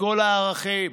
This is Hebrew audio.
מכל הערכים,